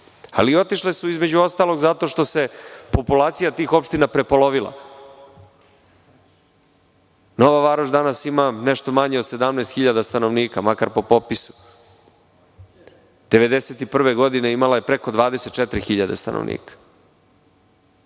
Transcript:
ali otišle su između ostalog zato što se populacija tih opština prepolovila. Nova Varoš danas ima nešto manje od 17 hiljada stanovnika, makar po popisu. Godine 1991. imala je preko 24 hiljade stanovnika,